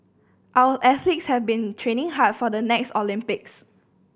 our athletes have been training hard for the next Olympics